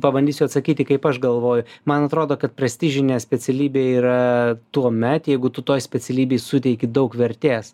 pabandysiu atsakyti kaip aš galvoju man atrodo kad prestižinė specialybė yra tuomet jeigu tu toj specialybėj suteiki daug vertės